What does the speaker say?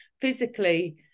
physically